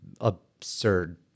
absurd